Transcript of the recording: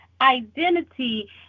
identity